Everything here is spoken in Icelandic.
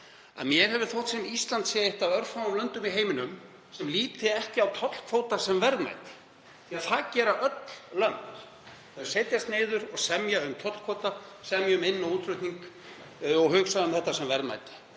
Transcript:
að mér hefur þótt sem Ísland sé eitt af örfáum löndum í heiminum sem líti ekki á tollkvóta sem verðmæti, því að það gera öll lönd. Þau setjast niður og semja um tollkvóta, semja um inn- og útflutning og hugsa um þetta sem verðmæti.